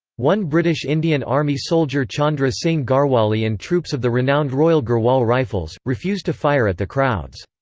one british indian army soldier chandra singh garwali and troops of the renowned royal garhwal rifles, refused to fire at the crowds.